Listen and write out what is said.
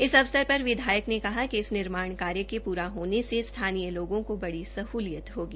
इस अवसर पर विधायक ने कहा कि इस निर्माण कार्य के प्रा होने से स्थानीय लोगों को बड़ी सहलियत होगी